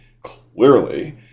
clearly